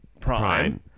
prime